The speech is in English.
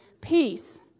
Peace